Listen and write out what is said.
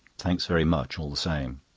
thanks very much all the same.